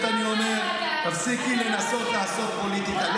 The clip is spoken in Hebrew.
באמת אני אומר, תפסיקי לנסות לעשות פוליטיקה.